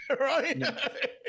right